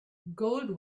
gold